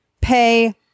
pay